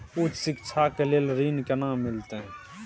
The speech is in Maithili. उच्च शिक्षा के लेल ऋण केना मिलते?